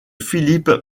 philippe